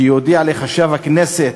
ויודיע לחשב הכנסת,